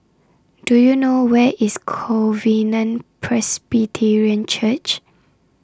Do YOU know Where IS Covenant Presbyterian Church